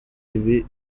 ibi